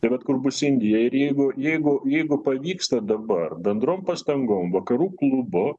tai vat kur bus indija ir jeigu jeigu jeigu pavyksta dabar bendrom pastangom vakarų klubu